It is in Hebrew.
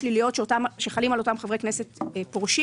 שליליות שחלים על אותם חברי כנסת פורשים.